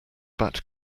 bat